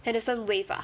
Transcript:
henderson waves ah